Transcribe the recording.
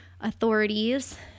Authorities